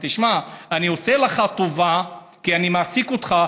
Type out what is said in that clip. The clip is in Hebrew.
אני עושה לך טובה שאני מעסיק אותך,